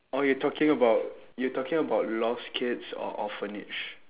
orh you talking about you talking about lost kids or orphanage